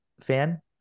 fan